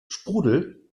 sprudel